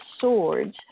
Swords